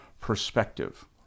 perspective